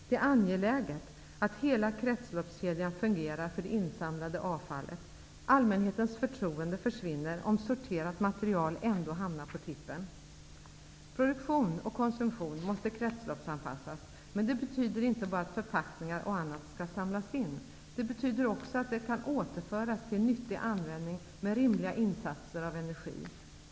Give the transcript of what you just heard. Det är angeläget att hela kretsloppskedjan fungerar för det insamlade avfallet. Allmänhetens förtroende försvinner om sorterat material ändå hamnar på tippen. Produktion och konsumtion måste kretsloppsanpassas, men det betyder inte bara att förpackningar och annat skall samlas in. Det betyder också att de kan återföras till nyttig användning med rimliga insatser av energi.